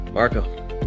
Marco